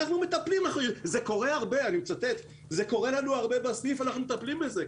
אמרו לה שזה קורה להם הרבה בסניף והם מטפלים בזה.